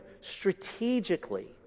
strategically